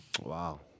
Wow